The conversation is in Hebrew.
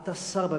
אתה שר בממשלה.